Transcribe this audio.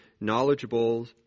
knowledgeable